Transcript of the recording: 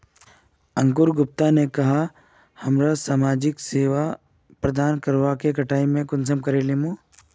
अंकूर गुप्ता ने कहाँ की हमरा समाजिक सेवा प्रदान करने के कटाई में कुंसम करे लेमु?